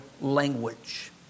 language